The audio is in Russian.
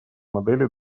модели